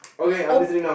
okay I'm listening now